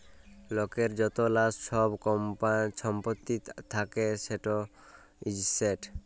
লকের য্তলা ছব ছম্পত্তি থ্যাকে সেট এসেট